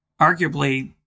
arguably